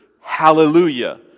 hallelujah